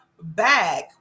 back